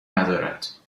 ندارد